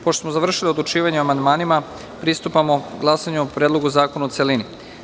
Pošto smo završili odlučivanje o amandmanima, pristupamo glasanju o Predlogu zakona u celini.